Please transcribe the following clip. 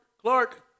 Clark